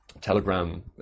telegram